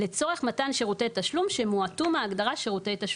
לצורך מתן שירותי תשלום שמועטו מההגדרה "שירותי תשלום"".